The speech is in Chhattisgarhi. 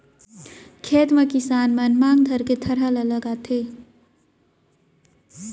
खेत म किसान मन मांग धरके थरहा ल लगाथें